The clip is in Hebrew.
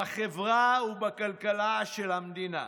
בחברה ובכלכלה של המדינה.